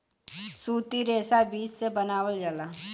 सूती रेशा बीज से बनावल जाला